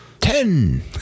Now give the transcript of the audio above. Ten